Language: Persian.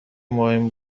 مهم